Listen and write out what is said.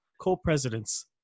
co-presidents